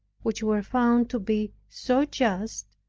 which were found to be so just,